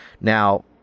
Now